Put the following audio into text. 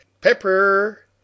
Pepper